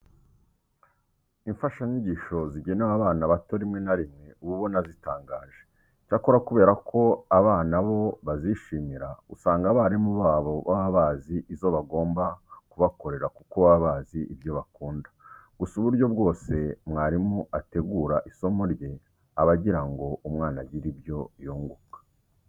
Imfashanyigisho zigenewe abana bato rimwe na rimwe uba ubona zitangaje. Icyakora kubera ko abana bo bazishimira, usanga abarimu babo baba bazi izo bagomba kubakorera kuko baba bazi ibyo bakunda. Gusa uburyo bwose mwarimu ategura isomo rye aba agira ngo umwana agire ibyo yunguka.